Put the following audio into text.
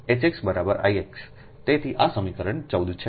તેથી આ સમીકરણ 14 છે